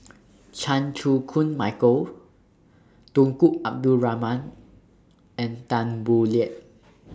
Chan Chew Koon Michael Tunku Abdul Rahman and Tan Boo Liat